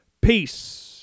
Peace